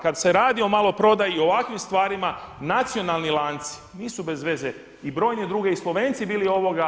Kad se radi o maloprodaji, o ovakvim stvarima nacionalni lanci nisu bez veze i brojne druge i Slovenci bilo.